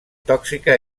tòxica